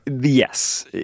Yes